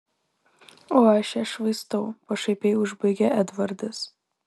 o aš ją švaistau pašaipiai užbaigė edvardas